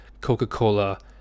Coca-Cola